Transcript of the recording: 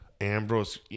Ambrose